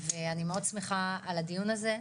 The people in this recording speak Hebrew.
ואני מאוד שמחה על הדיון הזה,